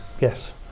Yes